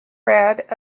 read